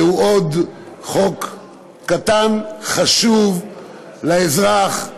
זהו עוד חוק קטן שחשוב לאזרח,